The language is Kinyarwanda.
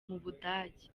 budage